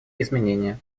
изменения